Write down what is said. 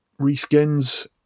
reskins